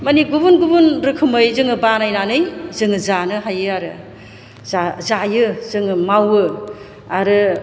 माने गुबुन गुबुन रोखोमै जोङो बानायनानै जोङो जानो हायो आरो जायो जोङो मावो आरो